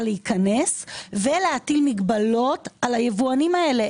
להיכנס ולהטיל מגבלות על היבואנים האלה.